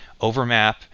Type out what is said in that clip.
overmap